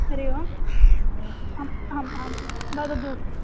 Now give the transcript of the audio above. हरिः ओम् आम् आम् आं वदतु